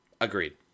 Agreed